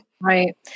Right